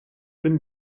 bin